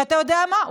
ואתה יודע מה?